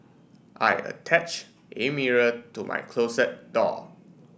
I attach a mirror to my closet door